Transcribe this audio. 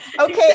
okay